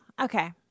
okay